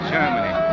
Germany